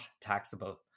taxable